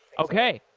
okay.